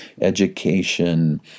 education